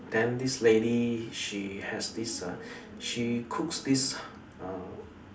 then this lady she has this uh she cooks this uh